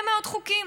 יש הרבה מאוד חוקים